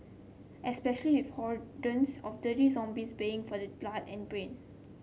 especially with of dirty zombies baying for your blood and brain